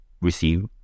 receive